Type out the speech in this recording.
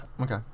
Okay